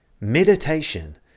meditation